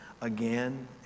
again